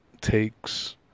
takes